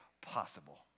possible